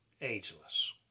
ageless